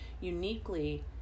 uniquely